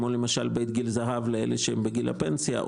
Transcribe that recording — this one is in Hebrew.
כמו בית גיל הזהב לאלה שהם בגיל הפנסיה,